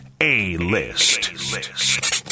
A-List